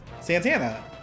Santana